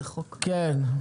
כן,